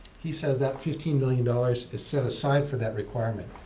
he says that fifteen million dollars is set aside for that requirement.